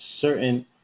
certain